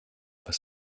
was